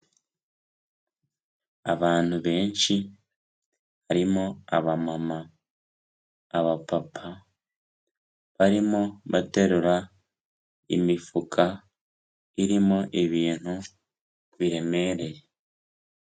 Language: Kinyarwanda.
Abantu benshi harimo abamama, abapapa barimo baterura imifuka irimo ibintu biremereye.